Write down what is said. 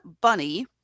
bunny